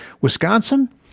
Wisconsin